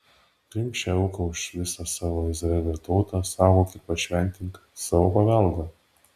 priimk šią auką už visą savo izraelio tautą saugok ir pašventink savo paveldą